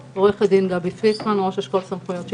עורכת דין גבי פיסמן, ראש אשכול סמכויות שלטוניות,